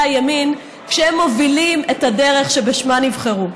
הימין כשהם מובילים את הדרך שבשמה נבחרו.